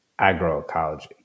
agroecology